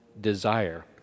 desire